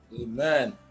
Amen